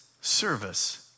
service